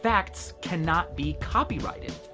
facts cannot be copyrighted.